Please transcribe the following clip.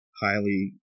highly